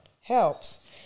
helps